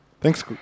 Thanks